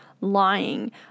lying